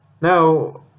Now